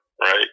right